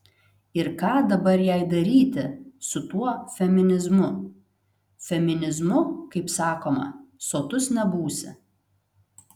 ir ką dabar jai daryti su tuo feminizmu feminizmu kaip sakoma sotus nebūsi